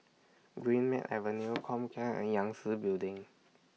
Greenmead Avenue Comcare and Yangtze Building